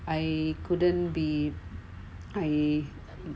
I couldn't be I